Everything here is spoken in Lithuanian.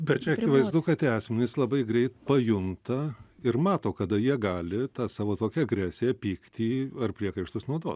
bet čia akivaizdu kad tie asmenys labai greit pajunta ir mato kada jie gali tą savo tokią agresiją pyktį ar priekaištus naudot